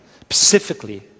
specifically